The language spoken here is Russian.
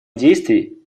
действий